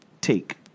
take